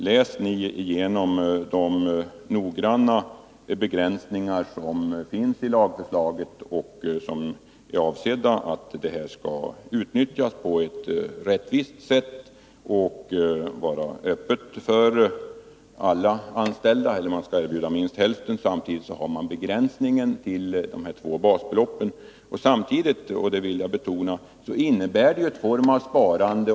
Läs igenom de noggranna begränsningar som finns i lagförslaget och som är avsedda att se till att möjligheten utnyttjas på ett rättvist sätt och är öppen för alla anställda — minst hälften av de anställda skall få erbjudande, och samtidigt gäller begränsningen till två basbelopp. Jag vill också betona att det här innebär en form av sparande.